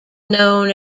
known